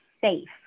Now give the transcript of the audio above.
safe